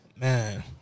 Man